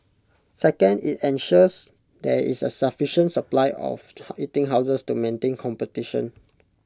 second IT ensures there is A sufficient supply of eating houses to maintain competition